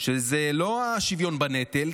זה לא השוויון בנטל,